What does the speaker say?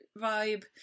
vibe